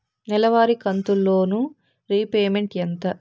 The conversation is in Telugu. నెలవారి కంతు లోను రీపేమెంట్ ఎంత?